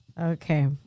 Okay